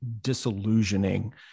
disillusioning